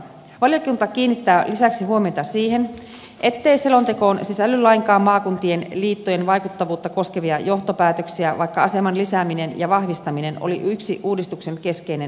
valiokunta kiinnittää lisäksi huomiota siihen ettei selontekoon sisälly lainkaan maakuntien liittojen vaikuttavuutta koskevia johtopäätöksiä vaikka aseman lisääminen ja vahvistaminen oli yksi uudistuksen keskeinen tavoite